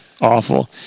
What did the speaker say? awful